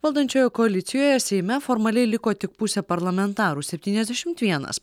valdančiojoje koalicijoje seime formaliai liko tik pusė parlamentarų septyniasdešimt vienas